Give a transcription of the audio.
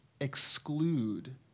exclude